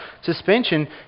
Suspension